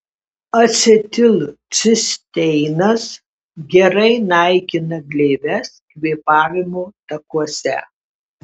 acetilcisteinas gerai naikina gleives kvėpavimo takuose